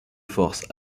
force